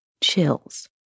chills